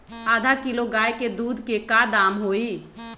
आधा किलो गाय के दूध के का दाम होई?